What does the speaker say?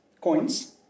coins